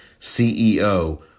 CEO